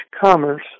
commerce